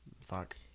Fuck